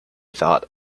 thought